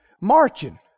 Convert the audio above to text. marching